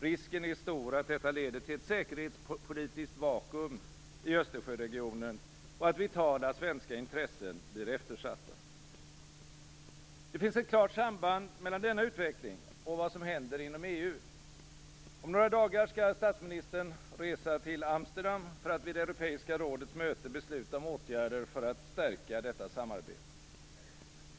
Risken är stor att detta leder till ett säkerhetspolitiskt vakuum i Östersjöregionen och att vitala svenska intressen blir eftersatta. Det finns ett klart samband mellan denna utveckling och vad som händer inom EU. Om några dagar skall statsministern resa till Amsterdam för att vid det Europeiska rådets möte besluta om åtgärder för att stärka detta samarbete.